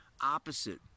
opposite